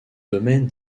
domaine